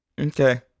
Okay